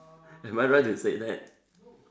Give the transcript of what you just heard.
am I right to say that